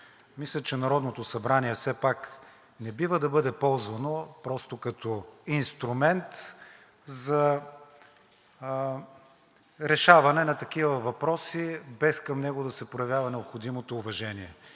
Мисля, че Народното събрание все пак не бива да бъде ползвано просто като инструмент за решаване на такива въпроси, без към него да се проявява необходимото уважение.